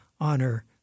honor